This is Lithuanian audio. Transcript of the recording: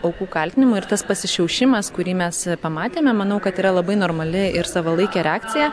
aukų kaltinimui ir tas pasišiaušimas kurį mes pamatėme manau kad yra labai normali ir savalaikė reakcija